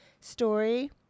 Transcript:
story